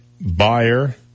buyer